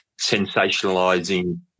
sensationalizing